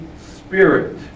Spirit